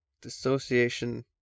Dissociation